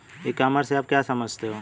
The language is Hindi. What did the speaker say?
ई कॉमर्स से आप क्या समझते हो?